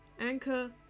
Anchor